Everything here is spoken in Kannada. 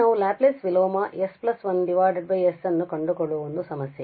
ಇಲ್ಲಿ ನಾವು ಲ್ಯಾಪ್ಲೇಸ್ ವಿಲೋಮ s1s ಅನ್ನು ಕಂಡುಕೊಳ್ಳುವ ಒಂದು ಸಮಸ್ಯೆ